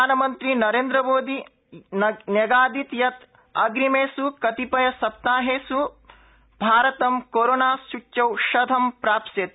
प्रधानमन्त्री नरेन्द्र मोदी न्यगादीत यत अग्रिमेष् कति य सप्ताहेष् भारतं कोरोनासूच्यौषधं प्राप्स्यति